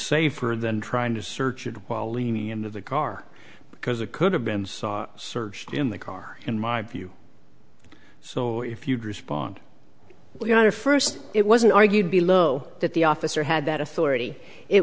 safer than trying to search it while leaning into the car because it could have been saw searched in the car in my view so if you'd respond well you know first it wasn't argued below that the officer had that authority it